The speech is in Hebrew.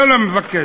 לא לא, מבקש ממך.